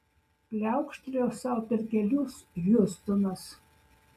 pliaukštelėjo sau per kelius hiustonas